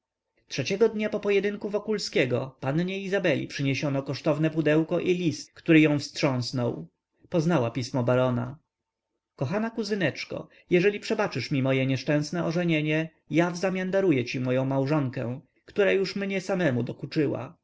trzeciego dnia po pojedynku wokulskiego pannie izabeli przyniesiono kosztowne pudełko i list który ją wstrząsnął poznała pismo barona kochana kuzyneczko jeżeli przebaczysz mi moje nieszczęsne ożenienie ja wzamian daruję ci moję małżonkę która już mnie samemu dokuczyła